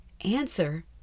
answer